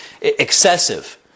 excessive